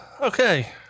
Okay